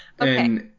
Okay